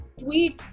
tweet